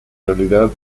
realidad